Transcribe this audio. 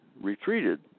retreated